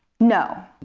no.